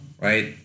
right